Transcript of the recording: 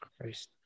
Christ